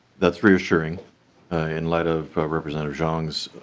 that's reassuring in light of representative xiong'spassing